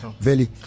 Veli